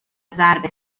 ضرب